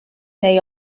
neu